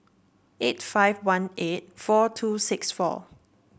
eight five one eight four two six four